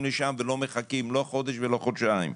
אליו ולא מחכים לא חודש ולא חודשיים.